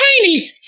Tiny